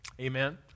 Amen